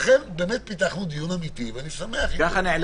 לכן פיתחנו דיון אמיתי, ואני שמח על כך.